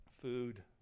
Food